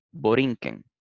Borinquen